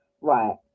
right